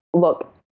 look